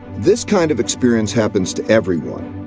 this kind of experience happens to everyone.